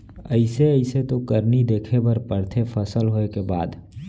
अइसे अइसे तो करनी देखे बर परथे फसल होय के बाद